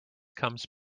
comes